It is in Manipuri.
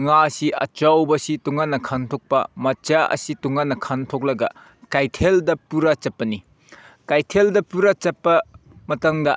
ꯉꯥꯁꯤ ꯑꯆꯧꯕꯁꯤ ꯇꯣꯡꯉꯥꯟꯅ ꯈꯟꯇꯣꯛꯄ ꯃꯆꯥ ꯑꯁꯤ ꯇꯣꯡꯉꯥꯟꯅ ꯈꯟꯗꯣꯛꯂꯒ ꯀꯩꯊꯦꯜꯗ ꯄꯨꯒꯔ ꯆꯠꯄꯅꯤ ꯀꯩꯊꯦꯜꯗ ꯄꯨꯔꯒ ꯆꯠꯄ ꯃꯇꯝꯗ